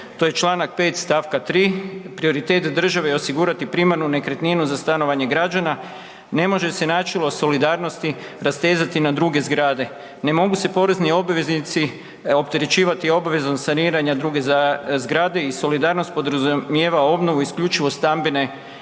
to je čl. 5. stavka 3., prioritet države je osigurati primarnu nekretninu za stanovanje građana, ne može se načelo solidarnosti rastezati na druge zgrade, ne mogu se porezni obveznici opterećivati obvezom saniranja druge zgrade i solidarnost podrazumijeva obnovu isključivu stambene zgrade